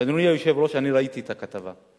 אדוני היושב-ראש, אני ראיתי את הכתבה,